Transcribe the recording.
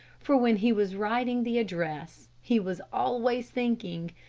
for when he was writing the address, he was always thinking,